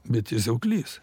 bet jis auglys